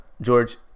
George